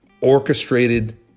orchestrated